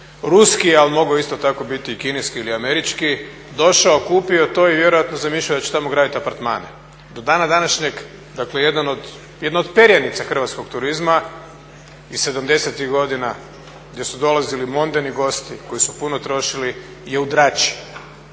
ruski, ali mogao je isto tako biti i kineski ili američki došao, kupio to i vjerojatno zamišljao da će tamo gradit apartmane. Do dana današnjeg, dakle jedna od perjanica hrvatskog turizma iz sedamdesetih godina gdje su dolazili mondeni gosti koji su puno trošili je u drači,